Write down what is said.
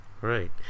Right